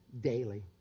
daily